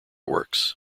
works